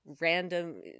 random